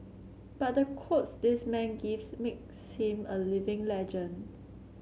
but the quotes this man gives makes him a living legend